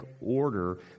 order